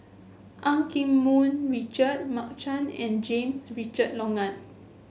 Eu Keng Mun Richard Mark Chan and James Richard Logan